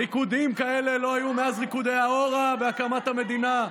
ריקודים כאלה לא היו מאז ריקודי ההורה בהקמת המדינה.